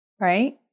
right